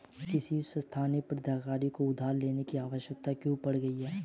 किसी स्थानीय प्राधिकारी को उधार लेने की आवश्यकता क्यों पड़ गई?